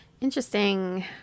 Interesting